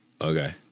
Okay